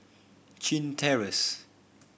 Chin Terrace